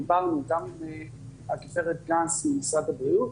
דיברנו גם עם הגב' גנס ממשרד הבריאות,